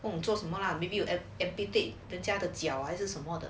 不懂做什么 lah maybe you at amputate 人家的脚还是什么的